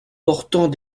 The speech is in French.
portant